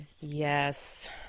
Yes